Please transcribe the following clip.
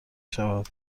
شود